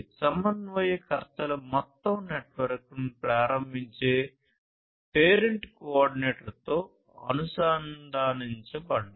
సమన్వయకర్తలు మొత్తం నెట్వర్క్ను ప్రారంభించే పేరెంట్ కోఆర్డినేటర్తో అనుసంధానించబడ్డారు